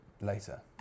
later